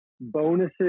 bonuses